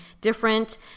different